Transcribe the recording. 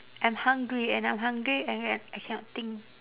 I'm hungry and I'm hungry I I I cannot think